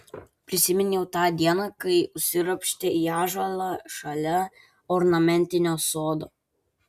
prisiminiau tą dieną kai užsiropštė į ąžuolą šalia ornamentinio sodo